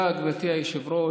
תודה, גברתי היושבת-ראש,